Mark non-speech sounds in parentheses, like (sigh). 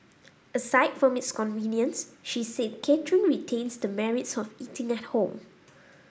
(noise) aside from its convenience she said catering retains the merits of eating at home